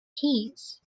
keys